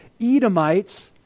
Edomites